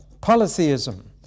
Polytheism